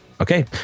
Okay